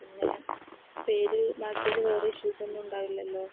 പിന്നെ പേര് മാറ്റൽ വേറെ ഇഷ്യൂസ് ഒന്നും ഉണ്ടാവില്ലല്ലോ